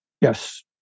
Yes